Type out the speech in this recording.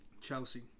Chelsea